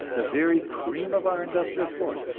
the very cream of our industrial force,